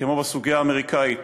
כמו בסוגיה האיראנית,